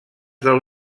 del